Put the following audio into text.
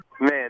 Man